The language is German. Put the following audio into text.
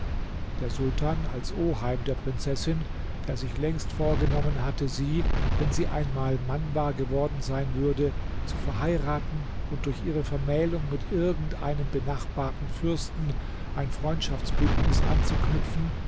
der sultan als oheim der prinzessin der sich längst vorgenommen hatte sie wenn sie einmal mannbar geworden sein würde zu verheiraten und durch ihre vermählung mit irgend einem benachbarten fürsten ein freundschaftbündnis anzuknüpfen